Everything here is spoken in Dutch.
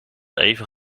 even